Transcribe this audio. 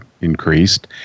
Increased